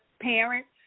parents